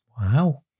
wow